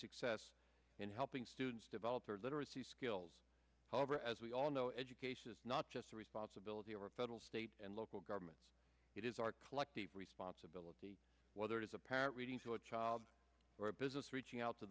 success in helping students develop their literacy skills however as we all know education is not just a responsibility or a federal state and local governments it is our collective responsibility whether it is a parent reading to a child or a business reaching out to